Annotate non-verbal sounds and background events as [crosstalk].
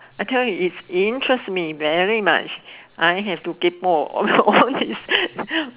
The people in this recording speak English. I tell you it interest me very much I have to kaypoh about all this [laughs]